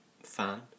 fan